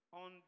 on